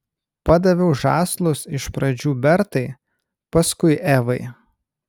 padaviau žąslus iš pradžių bertai paskui evai